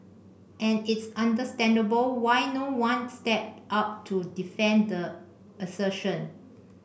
and it's understandable why no one stepped up to defend the assertion